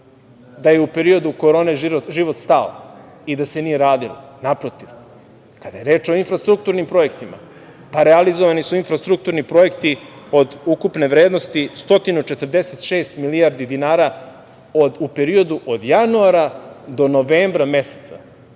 da je u periodu korone život stao i da se nije radilo. Naprotiv. Kada je reč o infrastrukturnim projektima, realizovani su infrastrukturni projekti od ukupne vrednosti 146 milijardi dinara u periodu od januara do novembra meseca